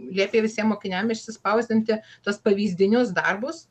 liepė visiem mokiniam išsispausdinti tuos pavyzdinius darbus